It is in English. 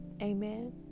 Amen